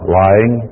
lying